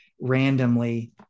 randomly